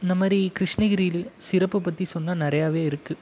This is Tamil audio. இந்த மாதிரி கிருஷ்ணகிரி சிறப்பை பற்றி சொன்னால் நிறையாவே இருக்குது